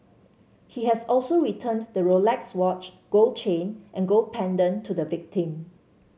he has also returned the Rolex watch gold chain and gold pendant to the victim